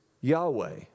Yahweh